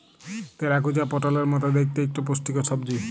তেলাকুচা পটলের মত দ্যাইখতে ইকট পুষ্টিকর সবজি